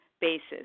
basis